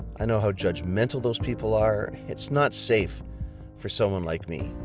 i know how judgmental those people are. it's not safe for someone like me.